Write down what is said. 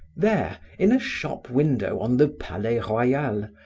there, in a shop window on the palais royal,